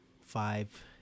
Five